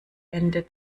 ende